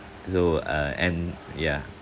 to uh and yeah